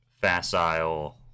facile